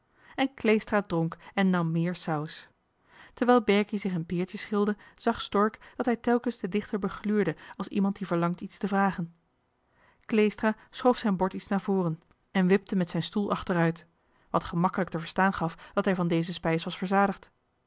en kleestra dronk en nam méér saus terwijl berkie zich een peertje schilde zag stork dat hij telkens den dichter begluurde als iemand die verlangt iets te vragen kleestra schoof zijn bord iets naar voren en wipte johan de meester de zonde in het deftige dorp met zijn stoel achteruit wat gemakkelijk te verstaan gaf dat hij van deze spijs was verzadigd